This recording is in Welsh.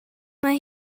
mae